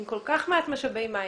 עם כל כך מעט משאבי מים,